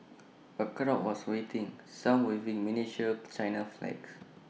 A crowd was waiting some waving miniature China flags